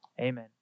Amen